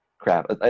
Crap